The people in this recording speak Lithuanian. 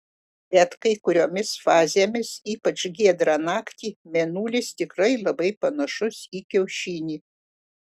bet kai kuriomis fazėmis ypač giedrą naktį mėnulis tikrai labai panašus į kiaušinį